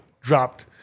dropped